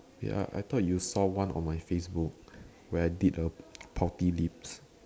ya I thought you saw one on my Facebook where I did a poppy leaves